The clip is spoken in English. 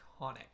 iconic